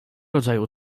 rodzaju